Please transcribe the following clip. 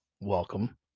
welcome